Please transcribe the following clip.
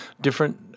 different